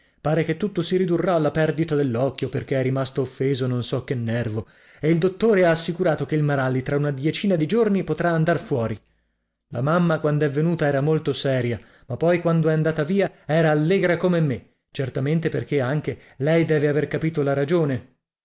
pare che tutto si ridurrà alla perdita dell'occhio perché è rimasto offeso non so che nervo e il dottore ha assicurato che il maralli tra una diecina di giorni potrà andar fuori la mamma quand'è venuta era molto seria ma poi quando è andata via era allegra come me certamente perché anche lei deve aver capito la ragione